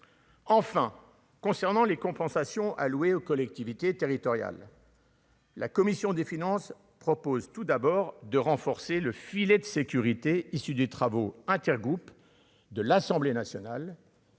enfin concernant les compensations allouées aux collectivités territoriales. La commission des finances propose tout d'abord de renforcer le filet de sécurité issu des travaux intergroupe de l'Assemblée nationale.